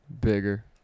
Bigger